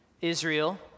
Israel